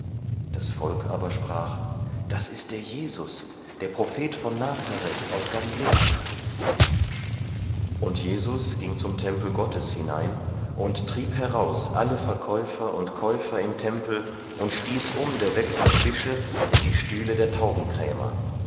das volk aber sprach das ist der jesus der prophet von nazareth aus galiläa und jesus ging zum tempel gottes hinein und trieb heraus alle verkäufer und käufer im tempel und stieß um der wechsler tische und die stühle der